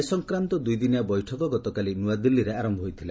ଏ ସଂକ୍ରାନ୍ତ ଦୁଇଦିନିଆ ବୈଠକ ଗତକାଲି ନ୍ତଆଦିଲ୍ଲୀଠାରେ ଆରମ୍ଭ ହୋଇଥିଲା